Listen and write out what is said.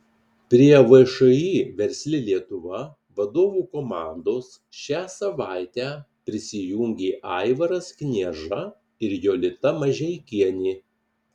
prie všį versli lietuva vadovų komandos šią savaitę prisijungė aivaras knieža ir jolita mažeikienė